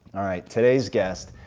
today's guest,